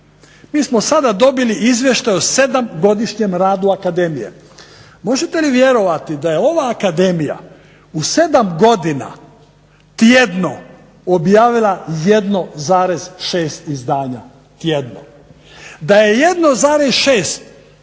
Mi smo sada dobili izvještaj o sedmogodišnjem radu Akademije. Možete li vjerovati da je ova Akademija u sedam godina tjedno objavila 1,6 izdanja,